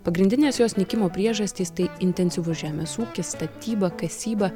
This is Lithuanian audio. pagrindinės jos nykimo priežastys tai intensyvus žemės ūkis statyba kasyba